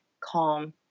calm